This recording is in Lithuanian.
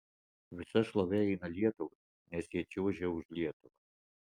visa šlovė eina lietuvai nes jie čiuožia už lietuvą